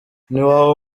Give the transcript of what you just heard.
ntiwaba